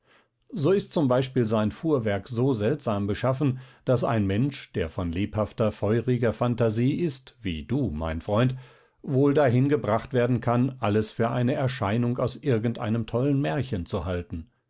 so ist zum beispiel sein fuhrwerk so seltsam beschaffen daß ein mensch der von lebhafter feuriger phantasie ist wie du mein freund wohl dahin gebracht werden kann alles für eine erscheinung aus irgendeinem tollen märchen zu halten